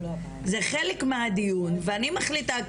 זה חלק מהדיון ואני מחליטה,